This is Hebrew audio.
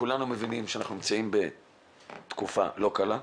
כולם מבינים שאנחנו מצויים בתקופה לא קלה.